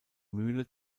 mühle